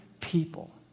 people